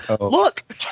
look